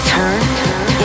Turn